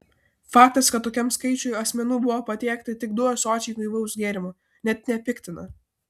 faktas kad tokiam skaičiui asmenų buvo patiekti tik du ąsočiai gaivaus gėrimo net nepiktina